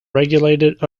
regulated